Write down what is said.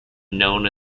known